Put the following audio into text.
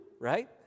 right